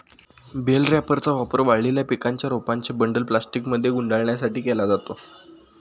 bell रॅपरचा वापर वाळलेल्या पिकांच्या रोपांचे बंडल प्लास्टिकमध्ये गुंडाळण्यासाठी केला जातो